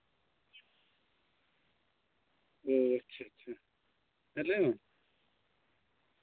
ᱟᱪᱪᱷᱟ ᱟᱪᱪᱷᱟ ᱟᱪᱪᱷᱟ ᱦᱮᱸ ᱞᱟᱹᱭ ᱢᱮ